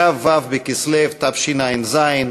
כ"ו בכסלו תשע"ז,